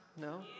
No